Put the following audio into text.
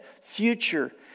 future